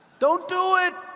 don't do it.